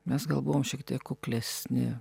mes gal buvom šiek tiek kuklesni